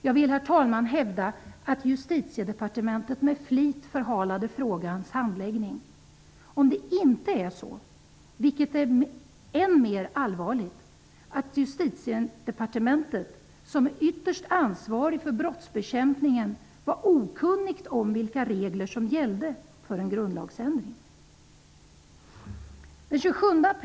Jag vill, herr talman, hävda att Justitiedepartementet med flit förhalade frågans handläggning, om det inte är så, vilket är än mer allvarligt, att Justitiedepartementet, som är ytterst ansvarigt för brottsbekämpningen, var okunnigt om vilka regler som gäller för en grundlagsändring.